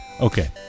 Okay